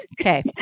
Okay